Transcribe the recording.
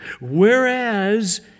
Whereas